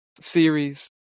series